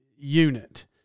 unit